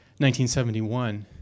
1971